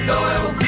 Doyle